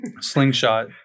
slingshot